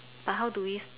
but how do we